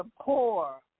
poor